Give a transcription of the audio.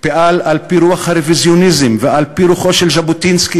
פעל על-פי רוח הרוויזיוניזם ועל-פי רוחו של ז'בוטינסקי,